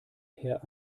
her